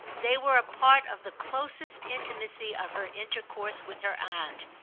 they were a part of the closest intimacy of her intercourse with her aunt,